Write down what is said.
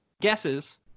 guesses